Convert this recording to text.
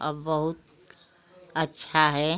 अब बहुत अच्छा है